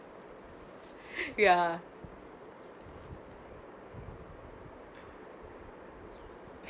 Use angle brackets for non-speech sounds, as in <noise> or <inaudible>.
<breath> ya